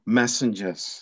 messengers